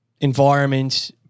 environment